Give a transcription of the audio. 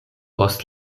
post